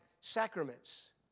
sacraments